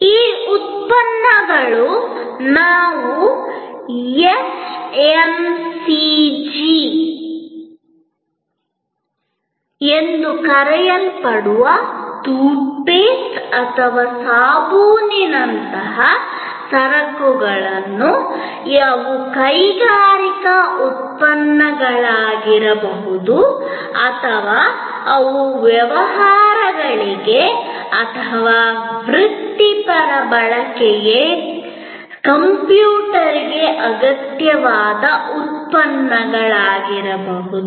ಈ ಉತ್ಪನ್ನಗಳು ನಾವು ಎಫ್ಎಂಸಿಜಿ ಟೂತ್ಪೇಸ್ಟ್ ಅಥವಾ ಸಾಬೂನಿನಂತಹ ವೇಗವಾಗಿ ಚಲಿಸುವ ಗ್ರಾಹಕ ಸರಕುಗಳು ಎಂದು ಕರೆಯಬಹುದು ಅವು ಕೈಗಾರಿಕಾ ಉತ್ಪನ್ನಗಳಾಗಿರಬಹುದು ಅಥವಾ ಅವು ವ್ಯವಹಾರಗಳಿಗೆ ಅಥವಾ ವೃತ್ತಿಪರ ಬಳಕೆಯ ಕಂಪ್ಯೂಟರ್ ಉತ್ಪನ್ನಗಳಾಗಿರಬಹುದು